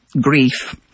grief